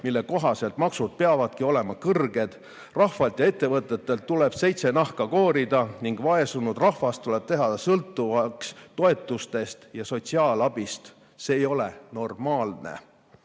mille kohaselt maksud peavadki olema kõrged, rahvalt ja ettevõtetelt tuleb seitse nahka koorida ning vaesunud rahvas tuleb teha sõltuvaks toetustest ja sotsiaalabist. See ei ole normaalne.